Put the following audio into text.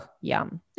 yum